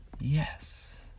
Yes